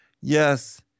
Yes